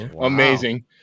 Amazing